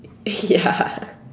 ya